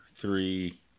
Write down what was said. three